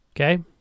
Okay